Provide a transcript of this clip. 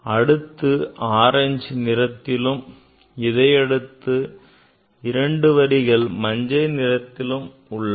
அடுத்து ஆரஞ்சு நிறத்திலும் இதை அடுத்து இரண்டு வரிகள் மஞ்சள் நிறத்திலும் உள்ளன